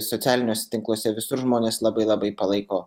socialiniuose tinkluose visur žmonės labai labai palaiko